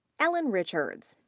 ellen richards.